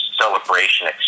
celebration